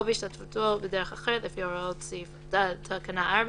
או בהשתתפותו בדרך אחרת לפי הוראות תקנה 4,